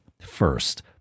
First